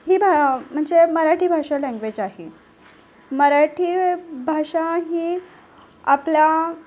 ही भा म्हणजे मराठी भाषा लँग्वेज आहे मराठी भाषा ही आपला